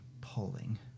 pulling